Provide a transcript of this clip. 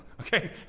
Okay